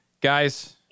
Guys